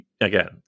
again